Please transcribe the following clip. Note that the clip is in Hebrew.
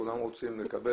מוסיפים כאן